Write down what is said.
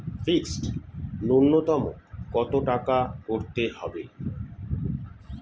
Fixed নুন্যতম কত টাকা করতে হবে?